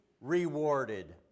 rewarded